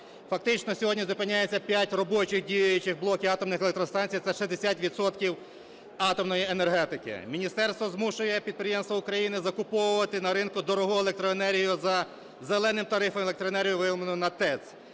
Фактично сьогодні зупиняються 5 робочих діючих блоків атомних електростанцій, це 60 відсотків атомної енергетики. Міністерство змушує підприємства України закуповувати на ринку дорогу електроенергію за "зеленим" тарифом, електроенергію, вироблену на ТЕЦ.